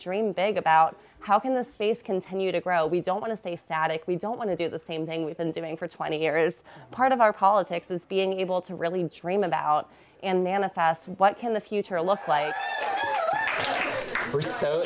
dream big about how can the space continue to grow we don't want to stay static we don't want to do the same thing we've been doing for twenty years part of our politics is being able to really dream about and manifest what can the future look like